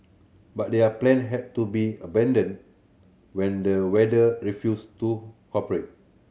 but their plan had to be abandoned when the weather refused to cooperate